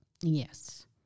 Yes